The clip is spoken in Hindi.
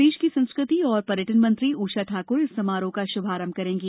प्रदेश की संस्कृति एंव पर्यटन मंत्री उषा ठाक्र इस समारोह का श्भारंभ करेंगी